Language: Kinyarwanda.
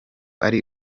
ari